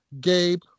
Gabe